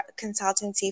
consultancy